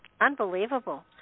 unbelievable